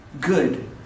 good